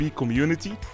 community